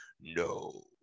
no